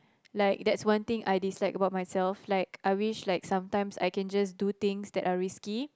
like that's one thing I dislike about myself like I wish like sometimes I can just do things that are risky